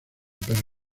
pero